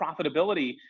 profitability